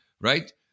right